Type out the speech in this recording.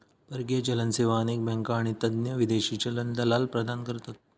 परकीय चलन सेवा अनेक बँका आणि तज्ञ विदेशी चलन दलाल प्रदान करतत